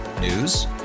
News